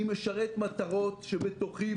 אני משרת מטרות שבתוכי,